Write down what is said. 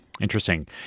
Interesting